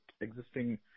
existing